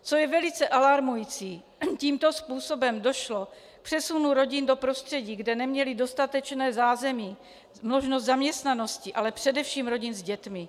Co je velice alarmující, tímto způsobem došlo k přesunu rodin do prostředí, kde neměly dostatečné zázemí, možnost zaměstnanosti, ale především rodin s dětmi.